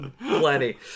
plenty